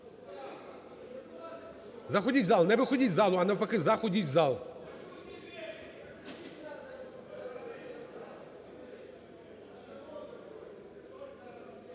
Заходіть в зал, не виходіть із залу, а навпаки заходіть в зал.